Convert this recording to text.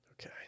Okay